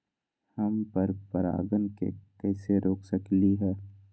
हम पर परागण के कैसे रोक सकली ह?